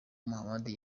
muhamadi